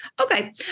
okay